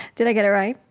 did i get it right?